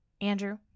Andrew